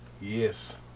yes